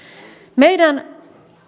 meidän